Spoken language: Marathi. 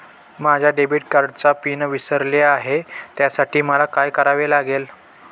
माझ्या डेबिट कार्डचा पिन विसरले आहे त्यासाठी मला काय करावे लागेल?